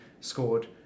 scored